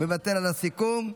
מוותר על הסיכום.